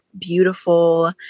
beautiful